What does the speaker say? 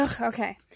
Okay